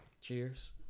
Cheers